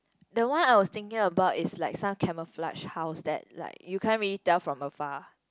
the one I was thinking about is like some camouflage house that like you can't really tell from afar